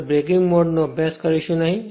આપણે બ્રેકિંગ મોડનો અભ્યાસ કરીશું નહીં